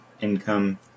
income